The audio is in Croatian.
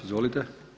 Izvolite.